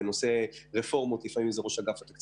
ברפורמות זה ראש אג"ת,